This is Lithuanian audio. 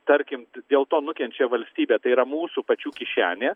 tarkim dėl to nukenčia valstybė tai yra mūsų pačių kišenė